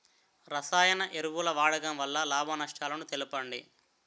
రసాయన ఎరువుల వాడకం వల్ల లాభ నష్టాలను తెలపండి?